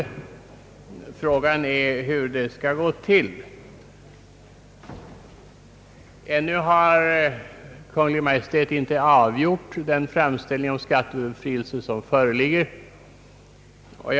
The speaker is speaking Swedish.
Frågan är hur det skall gå till. ännu har Kungl. Maj:t inte behandlat den framställning som gjorts om skattebefrielse.